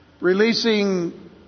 releasing